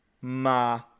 Ma